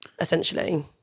essentially